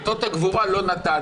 את אות הגבורה לא נתנו.